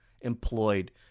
employed